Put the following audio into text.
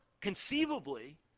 conceivably